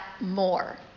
more